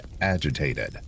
agitated